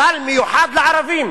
סל מיוחד לערבים.